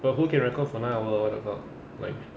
but who can record for nine hour oh my god like